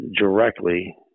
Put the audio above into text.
directly